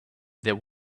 there